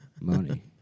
Money